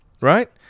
right